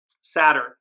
Saturn